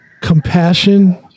compassion